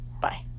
bye